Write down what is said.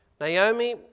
Naomi